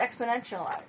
exponentialized